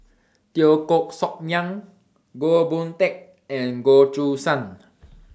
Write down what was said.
Teo Koh Sock Miang Goh Boon Teck and Goh Choo San